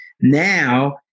now